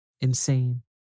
Insane